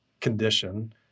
condition